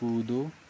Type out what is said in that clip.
कूदो